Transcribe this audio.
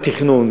והתכנון,